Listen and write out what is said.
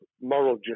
moral